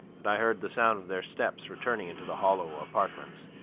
and i heard the sound of their steps returning into the hollow apartments.